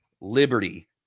Liberty